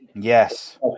Yes